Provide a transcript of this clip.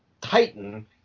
Titan